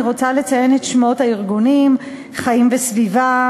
אני רוצה לציין את שמות הארגונים: "חיים וסביבה",